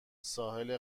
ساحل